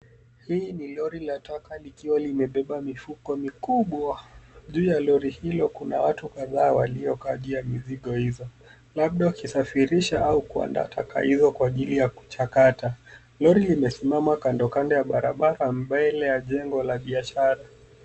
Hii ni Lori la taka likiwa limebeba mifuko mikubwa. Juu ya Lori hilo kuna watu kadhaa waliokaa juu ya mizigo hizo labda wakisafirisha au kuandaa taka hizo kwa ajili ya kuchakata. Lori limesimama kando kando ya barabara mbele ya jengo la biashara.